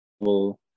level